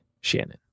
Shannon